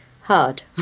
Hard